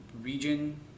region